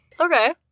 Okay